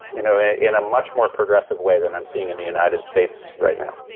you know ah in a much more progressive way than i'm seeing in the united states right now.